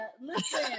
listen